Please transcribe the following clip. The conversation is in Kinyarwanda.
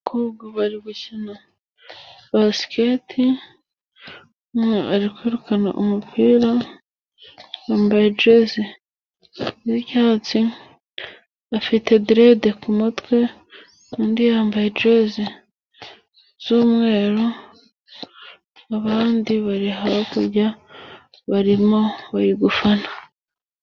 Abakobwa bari gukina basikete, umwe ari kwirukana umupira, yambaye ijezi z'icyatsi, bafite direde ku mutwe, undi yambaye ijezi z'umweru, abandi bari hakurya barimo, bari gufana.